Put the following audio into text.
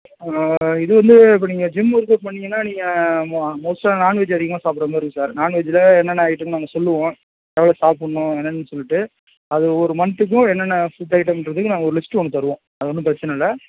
இது வந்து இப்போ நீங்கள் ஜிம் ஒர்க்அவுட் பண்ணீங்கன்னா நீங்கள் மோ மோஸ்ட்டாக நாண் வெஜ் அதிகமாக சாப்பிட்ற மாரி இருக்கும் சார் நாண் வெஜ்ஜில் என்னென்ன ஐட்டம்னு நாங்கள் சொல்லுவோம் எவ்வளோ சாப்பிட்ணும் என்னன்னு சொல்லிட்டு அது ஒவ்வொரு மன்த்துக்கும் என்னென்ன ஃபுட் ஐட்டம்ன்றதுக்கு நாங்கள் ஒரு லிஸ்ட் ஒன்று தருவோம் அது ஒன்றும் பிரச்சனை இல்லை